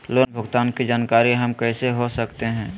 Loan भुगतान की जानकारी हम कैसे हो सकते हैं?